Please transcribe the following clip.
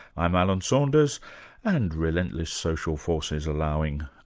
i'm alan saunders and relentless social forces allowing,